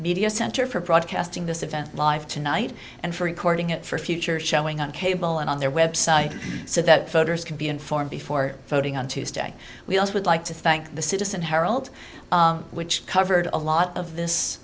media center for broadcasting this event live tonight and for recording it for future showing on cable and on their website so that voters can be informed before voting on tuesday we also would like to thank the citizen herald which covered a lot of this